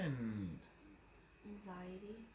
Anxiety